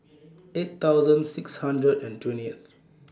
eight thousand six hundred and twentyth